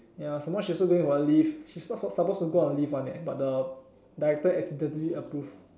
ya some more she also going on leave she not supposed to go on leave [one] eh but the director accidentally approve